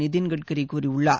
நிதின் கட்கரி கூறியுள்ளார்